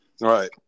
Right